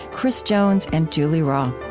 chris jones, and julie rawe